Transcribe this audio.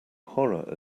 horror